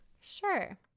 Sure